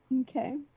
Okay